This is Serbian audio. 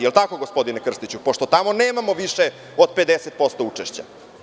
Da li je tako, gospodine Krstiću, pošto tamo nemamo više od 50% učešća?